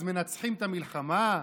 אז מנצחים במלחמה,